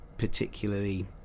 particularly